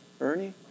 Ernie